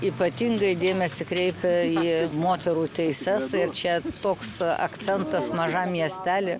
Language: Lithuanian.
ypatingą dėmesį kreipia į moterų teises ir čia toks akcentas mažam miestely